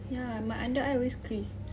ya my under eye always crease